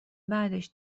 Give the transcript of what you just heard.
بعدش